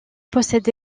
possède